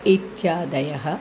इत्यादयः